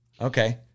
Okay